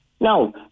Now